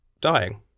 Dying